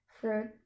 fruit